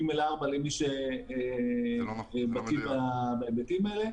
ג'4 למי שבקי בעניינים האלו.